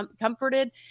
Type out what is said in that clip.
comforted